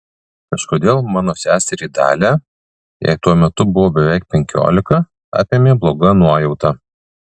kažkodėl mano seserį dalią jai tuo metu buvo beveik penkiolika apėmė bloga nuojauta